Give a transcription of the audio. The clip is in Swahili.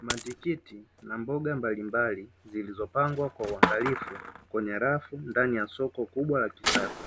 Matikiti na mboga mbalimbali zilizopangwa kwa uangalifu kwenye rafu ndani ya soko kubwa la kisasa.